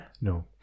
no